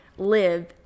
live